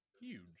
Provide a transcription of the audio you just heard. Huge